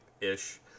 ish